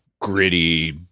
gritty